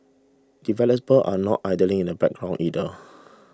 developers are not idling in the background either